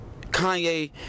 Kanye